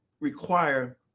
require